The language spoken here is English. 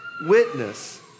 witness